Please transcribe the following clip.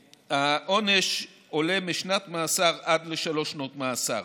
העונש עולה משנת מאסר עד לשלוש שנות מאסר.